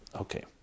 Okay